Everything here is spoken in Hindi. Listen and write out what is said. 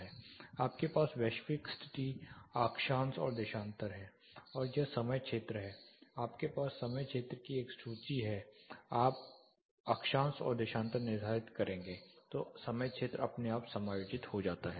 आपके पास वैश्विक स्थिति अक्षांश और देशांतर है और यह समय क्षेत्र है आपके पास समय क्षेत्र की एक सूची है जब आप अक्षांश और देशांतर निर्धारित करेंगे तो समय क्षेत्र अपने आप समायोजित हो जाता है